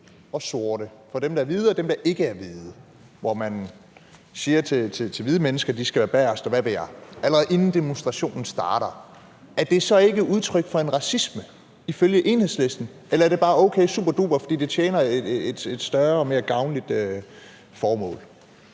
og sorte, altså for dem, der er hvide, og for dem, der ikke er hvide, hvor man siger til hvide mennesker, at de skal være bagerst, og hvad ved jeg, allerede inden demonstrationen starter, ikke er udtryk for racisme ifølge Enhedslisten. Eller er det bare o.k. og superduper, fordi det tjener et større og mere gavnligt formål?